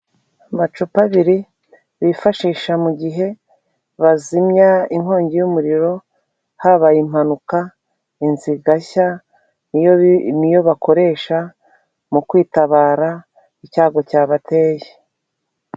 Amacupa abiri bifashisha mu gihe bazimya inkongi y'umuriro habaye impanuka inzu igashya niyo bakoresha mu kwitabara icyago cyabateye .